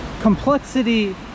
complexity